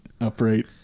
upright